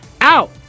out